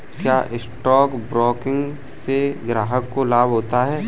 क्या stock broking से ग्राहक को लाभ होता है?